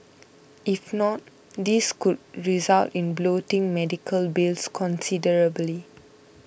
if not this could result in bloating medical bills considerably